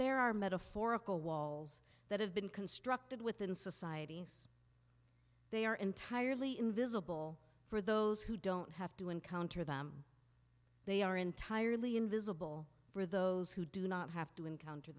there are metaphorical walls that have been constructed within societies they are entirely invisible for those who don't have to encounter them they are entirely invisible for those who do not have to encounter